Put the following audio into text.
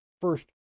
First